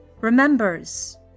remembers